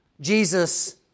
Jesus